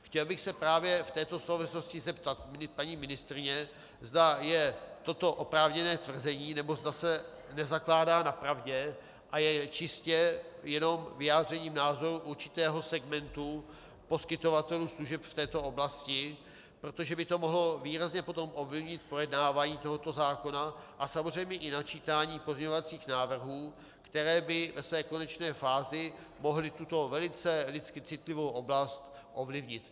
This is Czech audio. Chtěl bych se právě v této souvislosti zeptat paní ministryně, zda je toto oprávněné tvrzení, nebo zda se nezakládá na pravdě a je čistě jenom vyjádřením názoru určitého segmentu poskytovatelů služeb v této oblasti, protože by to mohlo výrazně potom ovlivnit projednávání tohoto zákona a samozřejmě i načítání pozměňovacích návrhů, které by ve své konečné fázi mohly tuto velice lidsky citlivou oblast ovlivnit.